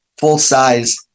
full-size